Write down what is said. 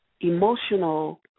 emotional